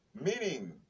meaning